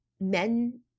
men